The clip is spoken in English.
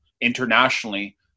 internationally